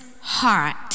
heart